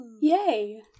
Yay